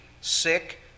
sick